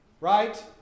Right